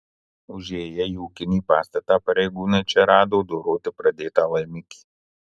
užėję į ūkinį pastatą pareigūnai čia rado doroti pradėtą laimikį